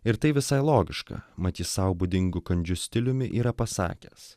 ir tai visai logiška mat jis sau būdingu kandžiu stiliumi yra pasakęs